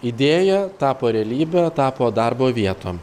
idėja tapo realybe tapo darbo vietom